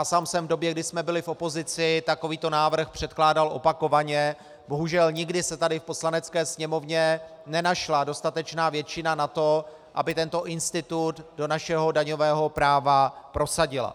Sám jsem v době, kdy jsme byli v opozici, takovýto návrh předkládal opakovaně, bohužel nikdy se tady v Poslanecké sněmovně nenašla dostatečná většina na to, aby tento institut do našeho daňového práva prosadila.